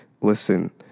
listen